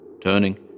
Turning